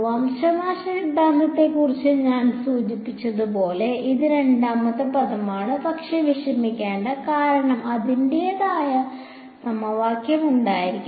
വംശനാശ സിദ്ധാന്തത്തെക്കുറിച്ച് ഞാൻ സൂചിപ്പിച്ചതുപോലെ ഇത് രണ്ടാമത്തെ പദമാണ് പക്ഷേ വിഷമിക്കേണ്ട കാരണം അതിന്റേതായ സമവാക്യം ഉണ്ടായിരിക്കും